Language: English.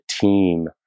team